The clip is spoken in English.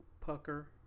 Pucker